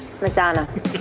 Madonna